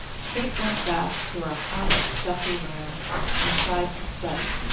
kate went back to her hot, stuffy room and tried to study,